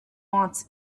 wants